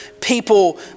people